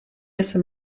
jsem